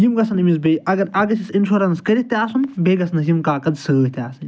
یِم گژھَن أمِس بیٚیہِ اَگر اَکھ گژھیٚس اِنٛشورَنٕس کٔرِتھ تہِ آسُن بیٚیہِ گژھنَس یِم کاکَد سۭتۍ تہِ آسٕنۍ